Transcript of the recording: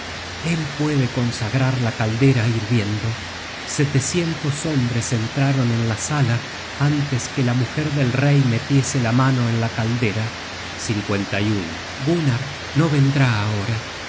él puede consagrar la caldera hirviendo setecientos hombres entraron en la sala antes que la mujer del rey metiese la mano en la caldera gunnar no vendrá ahora